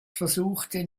versuchte